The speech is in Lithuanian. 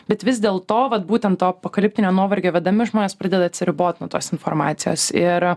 bet vis dėl to vat būtent to apokaliptinio nuovargio vedami žmonės pradeda atsiribot nuo tos informacijos ir